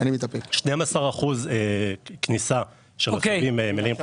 12% כניסה של רכבים מלאים,